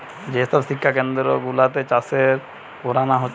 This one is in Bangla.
যে সব শিক্ষা কেন্দ্র গুলাতে চাষের পোড়ানা হচ্ছে